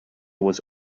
was